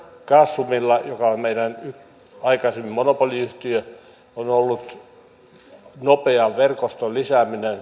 gasumilla joka oli aikaisemmin meidän monopoliyhtiö on ollut suunnitelmissa nopean verkoston lisääminen